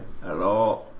Hello